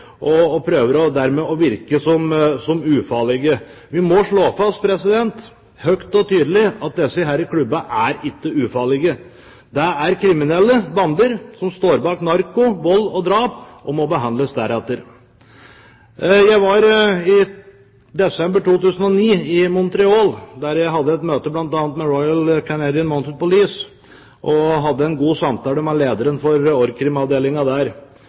og dermed prøver å virke ufarlige. Vi må slå fast høyt og tydelig at disse klubbene ikke er ufarlige. Det er kriminelle bander som står bak narko, vold og drap, og må behandles deretter. Jeg var i desember 2009 i Montreal, der jeg bl.a. hadde et møte med Royal Canadian Mounted Police, og hadde en god samtale med lederen for orgkrim-avdelingen der.